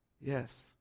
Yes